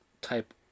type